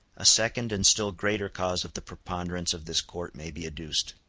a second and still greater cause of the preponderance of this court may be adduced.